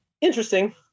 interesting